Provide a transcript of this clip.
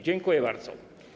Dziękuję bardzo.